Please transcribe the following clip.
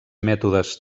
mètodes